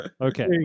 okay